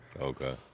Okay